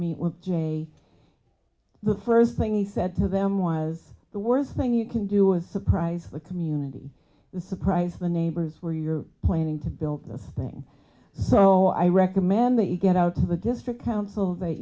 meet with j the first thing he said to them was the worst thing you can do is surprise the community surprise the neighbors where you're planning to build this thing so i recommend that you get out to the district council that